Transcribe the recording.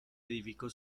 edificó